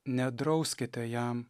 nedrauskite jam